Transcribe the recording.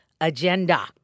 agenda